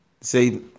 See